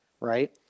right